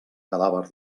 cadàver